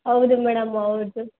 ಹೌದು ಮೇಡಮ್ ಹೌದು